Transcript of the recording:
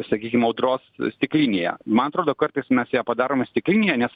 sakykim audros stiklinėje man atrodo kartais mes ją padaroma stiklinėje nes